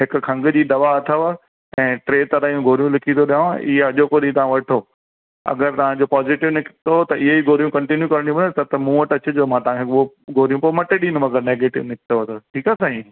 हिकु खंघ जी दवा अथव ऐं टे त तरहि जी गोरियूं लिखी थो ॾियांव इहा अॼोको ॾींहं तव्हां वठो अगरि तव्हांजो पॉज़िटिव निकितो त इहा ई गोरियूं कांटीनियूं करणी अथव त तव्हां मूं वटि अचिजो मां तव्हांखे उहो गोरियूं पोइ मटे ॾींदो पोइ अगरि नेगेटिव निकितो त ठीकु आहे साईं